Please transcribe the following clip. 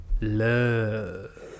love